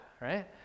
right